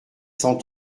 cent